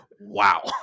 wow